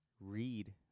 read